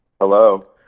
Hello